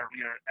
earlier